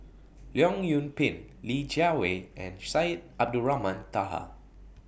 Leong Yoon Pin Li Jiawei and Syed Abdulrahman Taha